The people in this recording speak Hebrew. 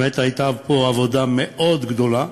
באמת הייתה פה עבודה מאוד גדולה,